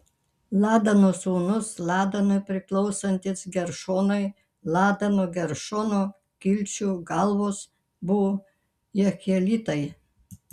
ladano sūnūs ladanui priklausantys geršonai ladano geršono kilčių galvos buvo jehielitai